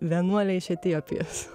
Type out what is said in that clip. vienuolė iš etiopijos